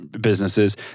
businesses